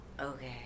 Okay